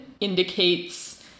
indicates